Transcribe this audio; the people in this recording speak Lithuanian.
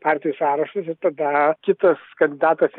partijų sąrašusir tada kitas kandidatas